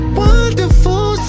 wonderful